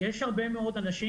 יש הרבה אנשים,